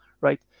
right